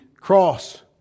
cross